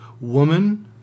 woman